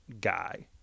guy